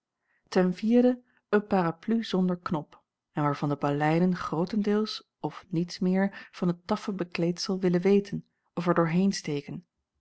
een parapluie zonder knop en waarvan de baleinen grootendeels of niets meer van het taffen bekleedsel willen weten of er doorheen steken